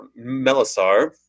Melisar